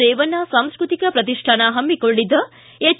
ರೇವಣ್ಣ ಸಾಂಸ್ಕೃತಿಕ ಪ್ರತಿಷ್ಠಾನ ಹಮ್ಮಿಕೊಂಡಿದ್ದ ಎಚ್